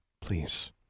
Please